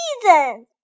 season